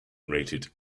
rated